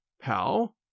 How